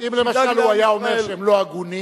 אם למשל הוא היה אומר שהם לא הגונים,